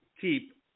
keep